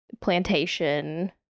plantation